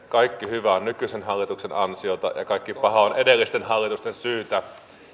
niin kaikki hyvä on nykyisen hallituksen ansiota ja kaikki paha on edellisten hallitusten syytä